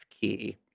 key